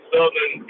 Southern